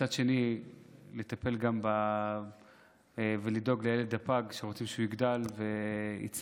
ומצד שני לטפל ולדאוג לילד הפג שרוצים שהוא יגדל ויצמח,